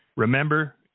Remember